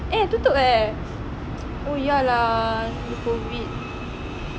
eh tutup eh oh ya lah COVID